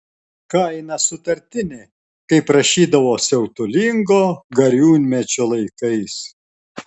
kaina sutartinė kaip rašydavo siautulingo gariūnmečio laikais